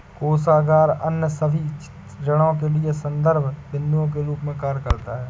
कोषागार अन्य सभी ऋणों के लिए संदर्भ बिन्दु के रूप में कार्य करता है